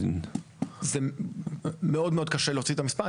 זה מאוד קשה להוציא את המספר,